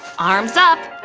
arms up!